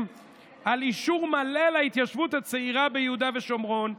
על אישור מלא להתיישבות הצעירה ביהודה ושומרון.